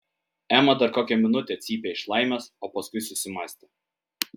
ema dar kokią minutę cypė iš laimės o paskui susimąstė